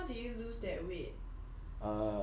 then !wah! then how did you lose that weight